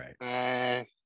right